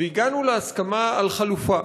והגענו להסכמה על חלופה,